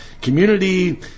community